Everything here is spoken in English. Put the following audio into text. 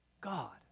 God